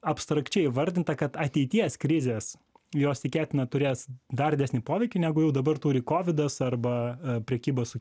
abstrakčiai įvardinta kad ateities krizės jos tikėtina turės dar didesnį poveikį negu jau dabar turi kovidas arba prekyba su